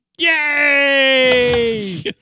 Yay